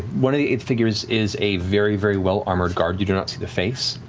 one of the eight figures is a very very well-armored guard, you do not see the face,